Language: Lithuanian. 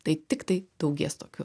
tai tiktai daugės tokių